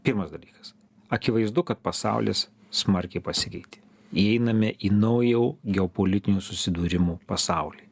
pirmas dalykas akivaizdu kad pasaulis smarkiai pasikeitė įeiname į naujų geopolitinių susidūrimų pasaulį